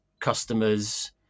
customers